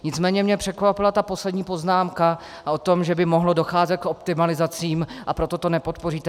Nicméně mě překvapila ta poslední poznámka o tom, že by mohlo docházet k optimalizacím, a proto to nepodpoříte.